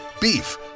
Beef